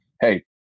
Hey